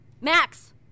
Max